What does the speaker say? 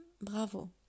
Bravo